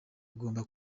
ugomba